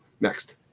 Next